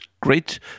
great